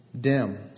dim